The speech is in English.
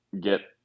get